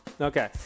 Okay